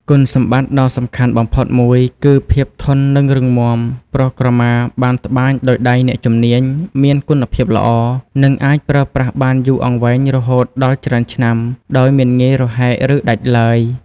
គុណសម្បត្តិដ៏សំខាន់បំផុតមួយគឺ ភាពធន់និងរឹងមាំ ព្រោះក្រមាបានត្បាញដោយដៃអ្នកជំនាញមានគុណភាពល្អ និងអាចប្រើប្រាស់បានយូរអង្វែងរហូតដល់ច្រើនឆ្នាំ ដោយមិនងាយរហែកឬដាច់ឡើយ។